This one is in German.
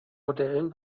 modellen